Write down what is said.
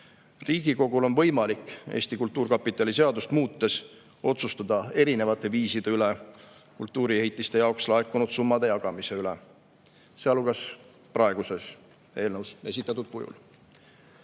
Riigikogul on võimalik Eesti Kultuurkapitali seadust muutes otsustada erinevate viiside üle kultuuriehitiste jaoks laekunud summade jagamisel, sealhulgas praeguses eelnõus esitatud kujul.